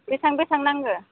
बेसां बेसां नांगो